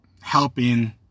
helping